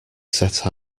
set